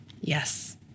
Yes